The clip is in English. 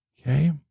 Okay